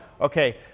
okay